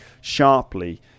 sharply